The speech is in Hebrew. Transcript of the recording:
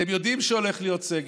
אתם יודעים שהולך להיות סגר,